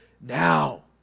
Now